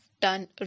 done